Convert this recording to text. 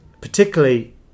particularly